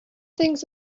things